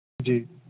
جی